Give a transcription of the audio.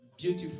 beautiful